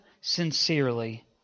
sincerely